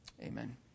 amen